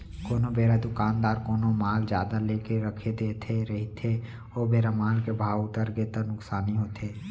कोनो बेरा दुकानदार कोनो माल जादा लेके रख दे रहिथे ओ बेरा माल के भाव उतरगे ता नुकसानी होथे